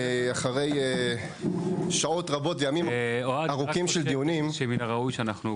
אחרי שעות רבות וימים ארוכים של דיונים אנחנו הגענו